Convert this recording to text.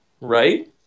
right